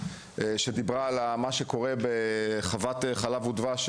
שדיברה על מה שקורה בחוות ׳חלב ודבש׳,